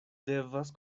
devas